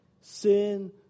sin